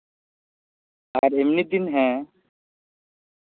ᱟᱨ ᱮᱢᱱᱤ ᱫᱤᱱ ᱦᱮᱸ